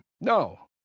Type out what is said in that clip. No